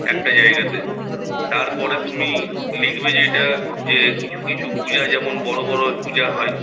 একটা জায়গাতে তারপরে তুমি লিখবে যেইটা যে কিছু কিছু পূজা যেমন বড়ো বড়ো পূজা হয়